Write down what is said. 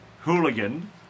Hooligan